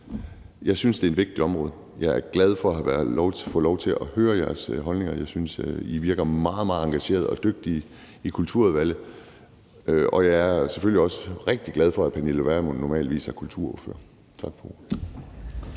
Jeg synes, det er et vigtigt område. Jeg er glad for at have fået lov til at høre jeres holdninger. Jeg synes, I virker meget, meget engagerede og dygtige i Kulturudvalget. Og jeg er selvfølgelig også rigtig glad for, at Pernille Vermund normalvis er kulturordfører. Tak for